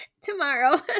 tomorrow